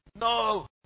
No